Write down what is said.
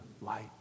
light